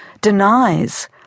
denies